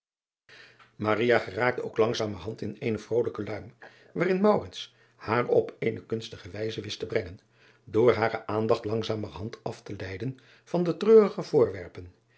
geraakte ook langzamerhand in eene vrolijke luim waarin haar op eene kunstige wijze wist te brengen door hare aandacht langzamerhand af te leiden van de treurige voorwerpen